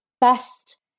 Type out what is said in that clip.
best